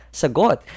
sagot